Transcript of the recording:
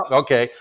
okay